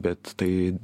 bet tai